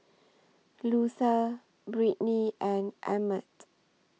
Luther Brittnee and Emett